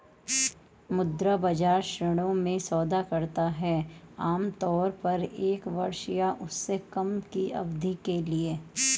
मुद्रा बाजार ऋणों में सौदा करता है आमतौर पर एक वर्ष या उससे कम की अवधि के लिए